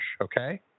okay